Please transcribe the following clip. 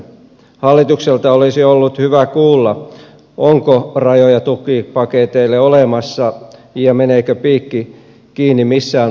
hallitukselta olisi ollut hyvä kuulla onko rajoja tukipaketeille olemassa ja meneekö piikki kiinni missään vaiheessa